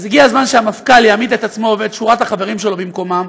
אז הגיע הזמן שהמפכ"ל יעמיד את עצמו ואת שורת החברים שלו במקומם.